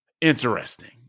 Interesting